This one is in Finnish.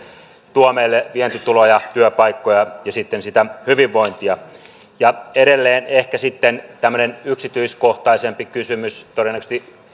tuo meille vientituloja työpaikkoja ja sitten sitä hyvinvointia edelleen ehkä sitten tämmöinen yksityiskohtaisempi kysymys todennäköisesti